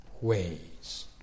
ways